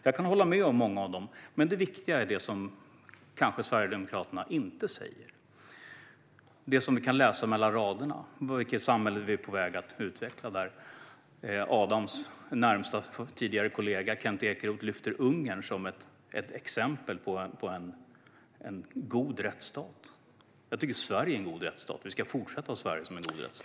Jag kan hålla med om mycket, men det viktiga är det som Sverigedemokraterna kanske inte säger - det som vi kan läsa mellan raderna om vilket samhälle vi är på väg att utveckla och där Adams tidigare närmaste kollega Kent Ekeroth lyfter fram Ungern som ett exempel på en god rättsstat. Jag tycker att Sverige är en god rättsstat, och Sverige ska fortsätta att vara en god rättsstat.